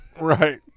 right